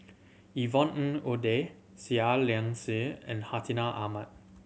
Yvonne Ng Uhde Seah Liang Seah and Hartinah Ahmad